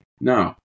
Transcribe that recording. No